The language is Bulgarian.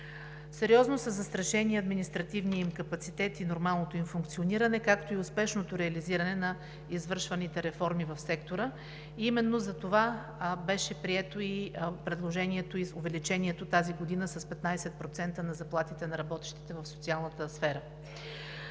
сериозно са застрашени административният им капацитет и нормалното им функциониране, както и успешното реализиране на извършваните реформи в сектора. Именно затова беше прието предложението и увеличението тази година с 15% на заплатите на работещите в социалната сфера.